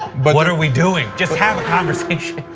but what are we doing? just have a conversation.